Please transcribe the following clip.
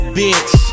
bitch